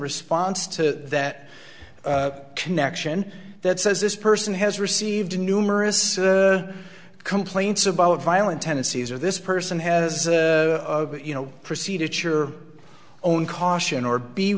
response to that connection that says this person has received numerous complaints about violent tendencies or this person has you know proceed at your own caution or be